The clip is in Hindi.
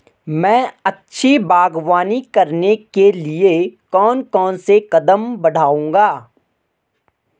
मैं अच्छी बागवानी करने के लिए कौन कौन से कदम बढ़ाऊंगा?